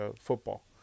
football